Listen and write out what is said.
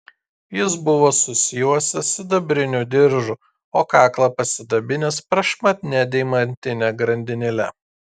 jis buvo susijuosęs sidabriniu diržu o kaklą pasidabinęs prašmatnia deimantine grandinėle